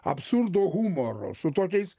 absurdo humoro su tokiais